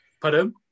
Pardon